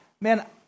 man